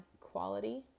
quality